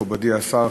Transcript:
מכובדי השר,